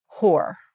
whore